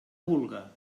vulga